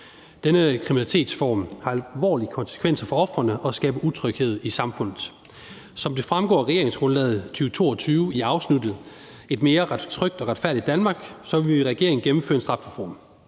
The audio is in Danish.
Denne kriminalitetsform har alvorlige konsekvenser for ofrene og skaber utryghed i samfundet. Som det fremgår af »Regeringsgrundlag 2022« i afsnittet »Et mere trygt og retfærdigt Danmark«, vil vi i regeringen gennemføre en strafreform